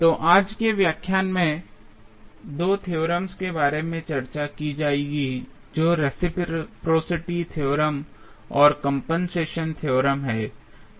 तो आज के व्याख्यान में 2 थेओरेम्स के बारे में चर्चा की जाएगी जो रेसिप्रोसिटी थ्योरम और कंपनसेशन थ्योरम हैं